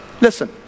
Listen